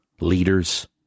leaders